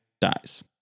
dies